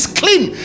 clean